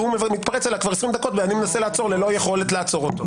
אני מנסה לעצור אותו כבר 20 דקות ללא יכולת לעצור אותו.